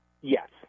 Yes